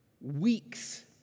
weeks